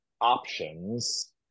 options